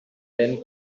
then